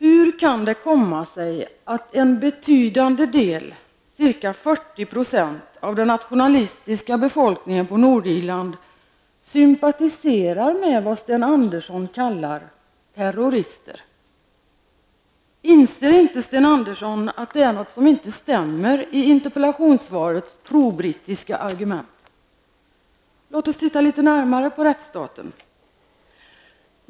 Hur kan det komma sig att en betydande del, ca Nordirland sympatiserar med vad Sten Andersson kallar ''terrorister''? Inser inte Sten Andersson att det är något som inte stämmer i interpellationssvarets pro-brittiska argument? Låt oss se litet närmare på ''rättsstaten''!